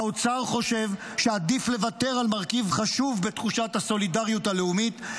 האוצר חושב שעדיף לוותר על מרכיב חשוב בתחושת הסולידריות הלאומית,